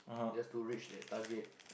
just to reach that target